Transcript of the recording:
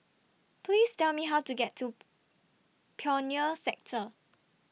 Please Tell Me How to get to Pioneer Sector